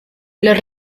los